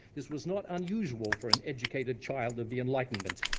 this was not unusual for an educated child of the enlightenment.